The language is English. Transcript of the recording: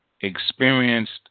experienced